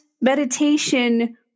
meditation